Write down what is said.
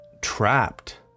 trapped